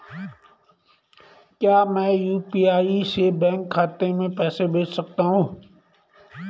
क्या मैं यु.पी.आई से बैंक खाते में पैसे भेज सकता हूँ?